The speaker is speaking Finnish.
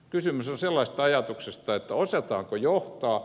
kysymys on sellaisesta ajatuksesta että osataanko johtaa